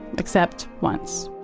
except once